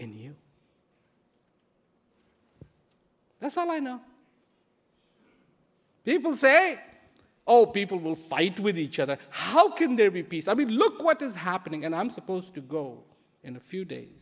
here that's all i know people say oh people will fight with each other how can there be peace i mean look what is happening and i'm supposed to go in a few days